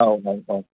औ औ औ